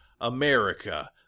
America